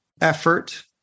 effort